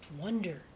wonder